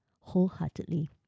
wholeheartedly